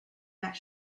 not